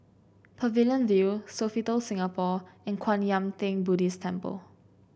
Pavilion View Sofitel Singapore and Kwan Yam Theng Buddhist Temple